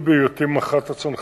בהיותי מח"ט הצנחנים,